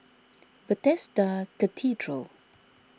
Bethesda Cathedral